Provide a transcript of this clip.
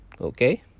Okay